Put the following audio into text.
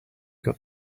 got